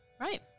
Right